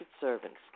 servants